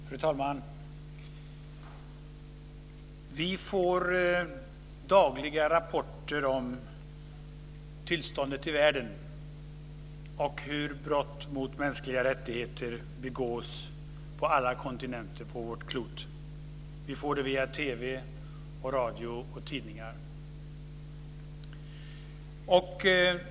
Fru talman! Vi får dagliga rapporter om tillståndet i världen och hur brott mot mänskliga rättigheter begås på alla kontinenter av vårt klot. Vi får det via TV, radio och tidningar.